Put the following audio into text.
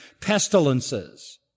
pestilences